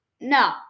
No